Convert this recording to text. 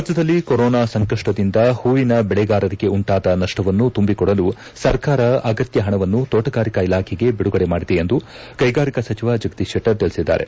ರಾಜ್ಯದಲ್ಲಿ ಕೊರೋನಾ ಸಂಕಷ್ಟದಿಂದ ಹೂವಿನ ಬೆಳೆಗಾರರಿಗೆ ಉಂಟಾದ ನಷ್ಟವನ್ನು ತುಂಬಿಕೊಡಲು ಸರ್ಕಾರ ಅಗತ್ಯ ಹಣವನ್ನು ತೋಟಾಗಾರಿಕಾ ಇಲಾಖೆಗೆ ಬಿಡುಗಡೆ ಮಾಡಿದೆ ಎಂದು ಕೈಗಾರಿಕಾ ಸಚಿವ ಜಗದೀಶ್ ಶೆಟ್ಟರ್ ತಿಳಿಸಿದ್ದಾರೆ